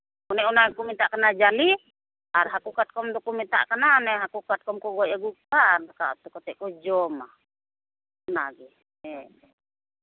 ᱚᱱᱮ ᱚᱱᱟ ᱜᱮᱠᱚ ᱢᱮᱛᱟᱜ ᱠᱟᱱᱟ ᱡᱟᱞᱮ ᱟᱨ ᱦᱟᱹᱠᱩ ᱠᱟᱴᱠᱚᱢ ᱫᱚᱠᱚ ᱢᱮᱛᱟᱜ ᱠᱟᱱᱟ ᱚᱱᱮ ᱦᱟᱹᱠᱩ ᱠᱟᱴᱠᱚᱢ ᱠᱚ ᱜᱚᱡ ᱟᱹᱜᱩ ᱠᱚᱣᱟ ᱟᱨ ᱫᱟᱠᱟ ᱩᱛᱩ ᱠᱟᱛᱮᱫ ᱠᱚ ᱡᱚᱢᱟ ᱚᱱᱟᱜᱮ ᱦᱮᱸ